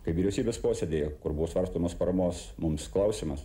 kai vyriausybės posėdyje kur buvo svarstomas paramos mums klausimas